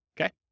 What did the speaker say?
okay